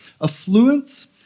Affluence